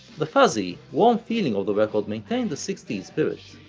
the fuzzy, warm feeling of the record maintained the sixties spirit,